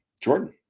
Jordan